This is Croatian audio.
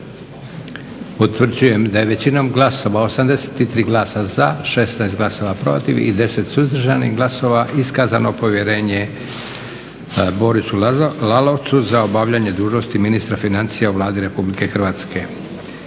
Utvrđujem da je većinom glasova, 83 glasa za, 16 glasova protiv i 10 suzdržanih glasova iskazano povjerenje Borisu Lalovcu za obavljanje dužnosti ministra financija u Vladi RH.